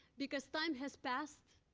because time has passed,